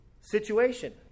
situation